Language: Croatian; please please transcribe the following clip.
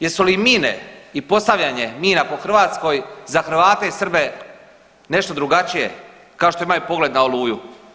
Jesu li mine i postavljanje mina po Hrvatskoj za Hrvate i Srbe, nešto drugačije, kao što imaju pogled na Oluju?